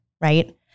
Right